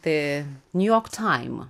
tai jniujork taimą